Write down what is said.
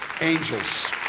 Angels